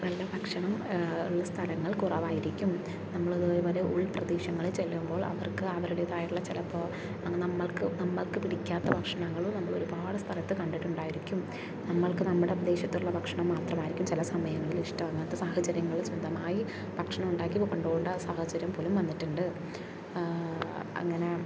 നല്ല ഭക്ഷണം ഉള്ള സ്ഥലങ്ങൾ കുറവായിരിക്കും നമ്മളതുപോലെ ഉൾപ്രദേശങ്ങളിൽ ചെല്ലുമ്പോൾ അവർക്ക് അവരുടേതായിട്ടുള്ള ചിലപ്പോൾ നമ്മൾക്ക് നമ്മൾക്ക് പിടിക്കാത്ത ഭക്ഷണങ്ങളും നമ്മൾ ഒരുപാട് സ്ഥലത്ത് കണ്ടിട്ടുണ്ടായിരിക്കും നമ്മൾക്ക് നമ്മുടെ പ്രദേശത്തുള്ള ഭക്ഷണം മാത്രമായിരിക്കും ചില സമയങ്ങളിൽ ഇഷ്ടമാവുന്നത് അങ്ങനത്തെ സാഹചര്യങ്ങളിൽ സ്വന്തമായി ഭക്ഷണം ഉണ്ടാക്കി കൊണ്ടുപോകേണ്ട സാഹചര്യം പോലും വന്നിട്ടുണ്ട് അങ്ങനെ